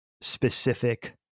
specific